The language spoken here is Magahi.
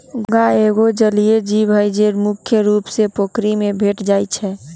घोंघा एगो जलिये जीव हइ, जे मुख्य रुप से पोखरि में भेंट जाइ छै